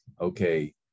okay